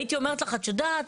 הייתי אומרת לך 'את יודעת,